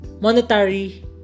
Monetary